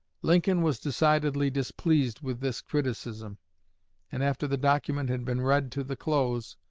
lincoln was decidedly displeased with this criticism and after the document had been read to the close,